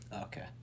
Okay